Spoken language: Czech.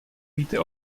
víte